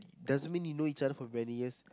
doesn't mean you know each other for many years